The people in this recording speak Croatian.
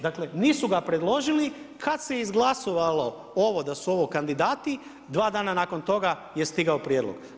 Dakle, nisu ga predložili, kad se izglasovalo, ovo da su ovo kandidati, 2 dana nakon toga je stigao prijedlog.